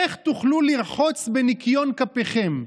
איך תוכלו לרחוץ בניקיון כפיכם?